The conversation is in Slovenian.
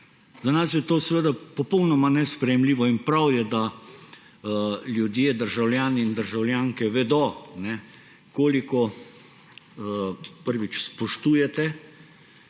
Za nas je to seveda popolnoma nesprejemljivo in prav je, da ljudje, državljani in državljanke vedo: koliko, prvič, spoštujete